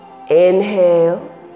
inhale